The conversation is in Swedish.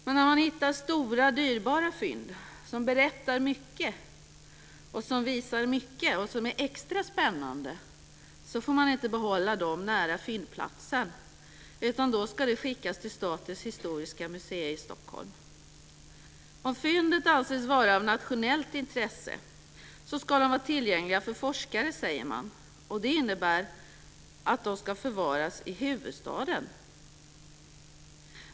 Men när man hittar stora dyrbara fynd som berättar mycket, som visar mycket och som är extra spännande får man inte behålla dem nära fyndplatsen, utan då ska de skickas till Statens historiska museer i Stockholm. Om fynden anses vara av nationellt intresse ska de vara tillgängliga för forskare, säger man. Det innebär att de ska förvaras i huvudstaden.